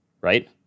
right